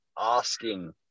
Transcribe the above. asking